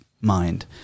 mind